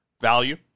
value